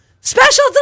special